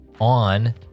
on